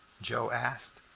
joe asked.